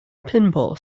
pinball